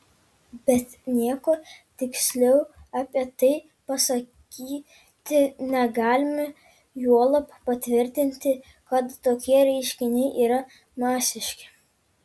bet nieko tiksliau apie tai pasakyti negalime juolab patvirtinti kad tokie reiškiniai yra masiški